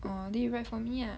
orh then you write for me ah